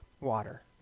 water